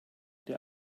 der